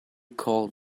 called